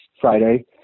Friday